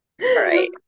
right